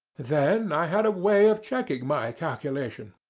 then i had a way of checking my calculation.